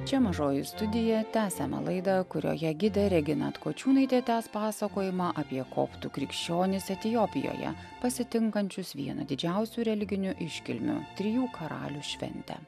čia mažoji studija tęsiame laidą kurioje gidė regina atkočiūnaitė tęs pasakojimą apie koptų krikščionis etiopijoje pasitinkančius vieną didžiausių religinių iškilmių trijų karalių šventę